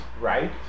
right